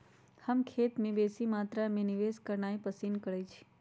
हम खेत में बेशी मत्रा में निवेश करनाइ पसिन करइछी